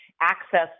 access